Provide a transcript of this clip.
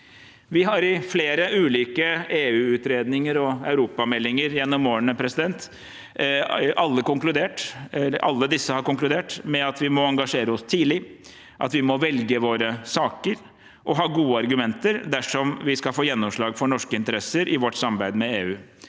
flere ulike EU-utredninger og europameldinger gjennom årene. Alle disse har konkludert med at vi må engasjere oss tidlig, og at vi må velge våre saker og ha gode argumenter dersom vi skal få gjennomslag for norske interesser i vårt samarbeid med EU.